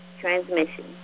transmission